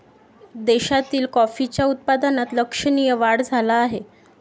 देशातील कॉफीच्या उत्पादनात लक्षणीय वाढ झाला आहे